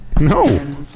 no